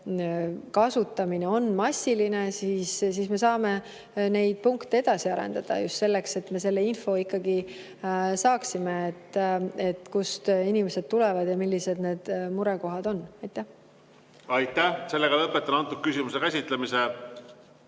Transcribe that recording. kasutamine on massiline, siis me saame neid punkte edasi arendada just selleks, et me selle info ikkagi saaksime, kust inimesed tulevad ja millised need murekohad on. Aitäh! Eesti tõesti otsustas